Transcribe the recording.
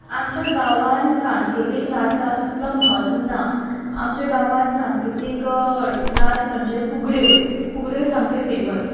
आमच्या गांवांत सांस्कृतीक नाचाक तितलें म्हत्व ना आमच्या गांवांत सांस्कृतीक नाच म्हणजे फुगड्यो फुगड्यो सामक्यो फेमस